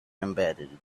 embedded